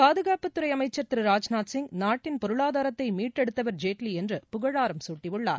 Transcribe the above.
பாதுகாப்புத் துறை அமைச்சர் திரு ராஜ்நாத் சிங் நாட்டின் பொருளாதாரத்தை மீட்டெடுத்தவர் ஜேட்லி என்று புகழாரம் சூட்டியுள்ளார்